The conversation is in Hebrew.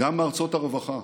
גם מארצות הרווחה,